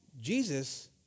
Jesus